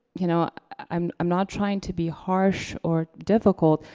you know i'm i'm not trying to be harsh or difficult,